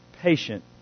patient